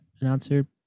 announcer